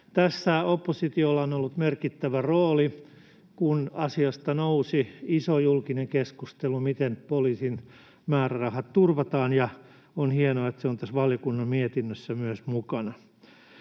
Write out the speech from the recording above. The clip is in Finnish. Tässä oppositiolla on ollut merkittävä rooli, kun asiasta nousi iso julkinen keskustelu siitä, miten poliisin määrärahat turvataan, ja on hienoa, että se on tässä valiokunnan mietinnössä myös mukana.